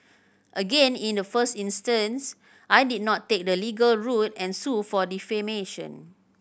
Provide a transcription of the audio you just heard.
again in the first instance I did not take the legal route and sue for defamation